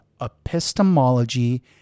epistemology